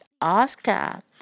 Oscar